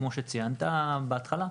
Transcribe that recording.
כמו שציינת בהתחלה.